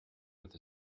with